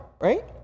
right